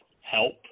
help